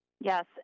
Yes